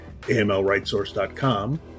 amlrightsource.com